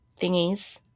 thingies